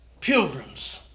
pilgrims